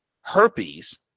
herpes